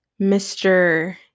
Mr